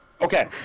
Okay